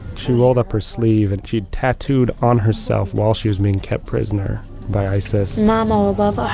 she rolled up her sleeve, and she'd tattooed on herself, while she was being kept prisoner by isis. mom ah but